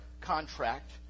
contract